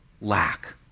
lack